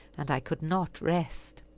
and i could not rest.